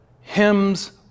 hymns